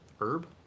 herb